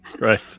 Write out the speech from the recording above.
Right